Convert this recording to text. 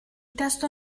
testo